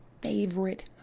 favorite